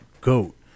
GOAT